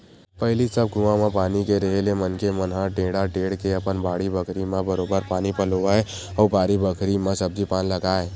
पहिली सब कुआं म पानी के रेहे ले मनखे मन ह टेंड़ा टेंड़ के अपन बाड़ी बखरी म बरोबर पानी पलोवय अउ बारी बखरी म सब्जी पान लगाय